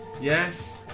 Yes